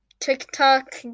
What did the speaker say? TikTok